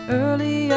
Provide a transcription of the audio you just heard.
early